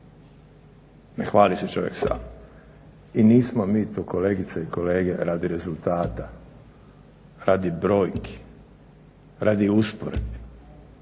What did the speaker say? ne hvali se čovjek sam. I nismo mi tu, kolegice i kolege, radi rezultata, radi brojki, radi usporedbi.